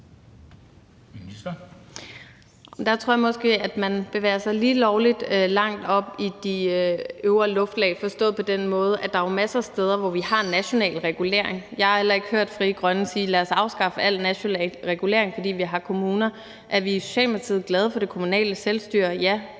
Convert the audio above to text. Der tror jeg måske, at man bevæger sig lige lovlig langt op i de øvre luftlag forstået på den måde, at der jo er masser af steder, hvor vi har en national regulering. Jeg har heller ikke hørt Frie Grønne sige: Lad os afskaffe al national regulering, fordi vi har kommuner. Er vi i Socialdemokratiet glade for det kommunale selvstyre? Ja.